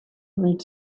read